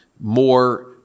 more